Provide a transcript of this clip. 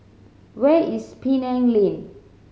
where is Penang Lane